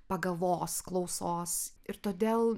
pagavos klausos ir todėl